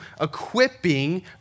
equipping